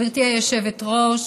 גברתי היושבת-ראש,